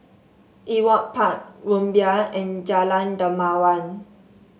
Ewart Park Rumbia and Jalan Dermawan